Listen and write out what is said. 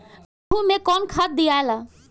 गेहूं मे कौन खाद दियाला?